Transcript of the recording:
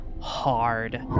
hard